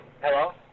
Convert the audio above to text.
Hello